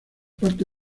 parte